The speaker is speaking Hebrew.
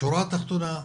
בשורה התחתונה,